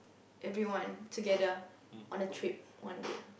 everyone together on a trip one day